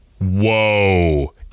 Whoa